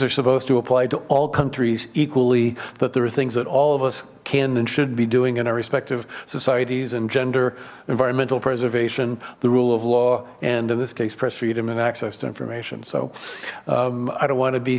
are supposed to apply to all countries equally that there are things that all of us can and should be doing in our respective societies and gender environmental preservation the rule of law and in this case press freedom and access to information so i don't want to be